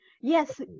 yes